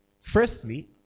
firstly